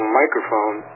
microphone